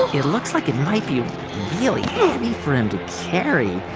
it looks like it might be really heavy for him to carry.